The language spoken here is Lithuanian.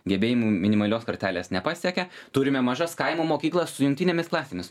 gebėjimų minimalios kartelės nepasiekia turime mažas kaimo mokyklas su jungtinėmis klasėmis